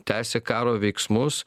tęsė karo veiksmus